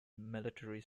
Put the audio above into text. military